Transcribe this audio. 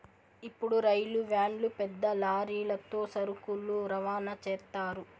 ఇప్పుడు రైలు వ్యాన్లు పెద్ద లారీలతో సరుకులు రవాణా చేత్తారు